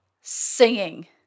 singing